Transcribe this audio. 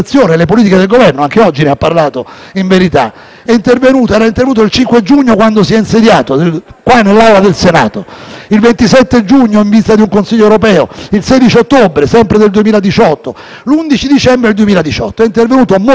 qui nell'Aula del Senato; il 27 giugno, in vista di un Consiglio europeo; il 16 ottobre, sempre del 2018 e l'11 dicembre 2018. Egli è intervenuto molte volte sulle politiche di immigrazione, ribadendo indirizzi più severi rispetto a quelli dei Governi precedenti.